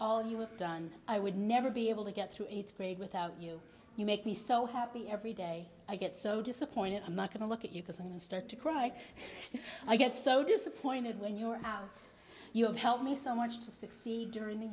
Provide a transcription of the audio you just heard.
have done i would never be able to get through eighth grade without you you make me so happy every day i get so disappointed i'm not going to look at you cause when i start to cry i get so disappointed when you're out you have helped me so much to succeed during the